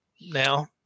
now